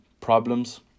problems